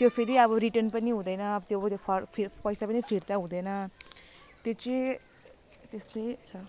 त्यो फेरि अब रिटर्न पनि हुँदैन त्यो अब त्यो फर फिर पैसा पनि फिर्ता हुँदैन त्यो चाहिँ त्यस्तै छ